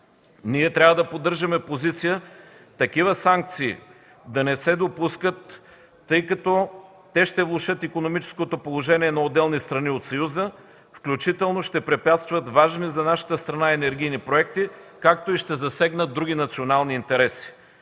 Ние трябва да поддържаме позиция такива санкции да не се допускат, тъй като те ще влошат икономическото положение на отделни страни от Съюза, включително ще препятстват важни за нашата страна енергийни проекти, както и ще засегнат други национални интереси.